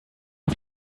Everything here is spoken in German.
auf